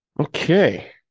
Okay